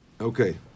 Okay